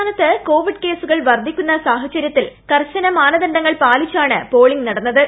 സംസ്ഥാനത്ത് കോവിഡ് കേസുകൾ വർധിക്കുന്ന സാഹചര്യത്തിൽ ക്ടർ ്ട്രൂന മാനദണ്ഡങ്ങൾ പാലിച്ചാണ് പോളിംഗ്ൽ പ്രത്യ നടന്നത്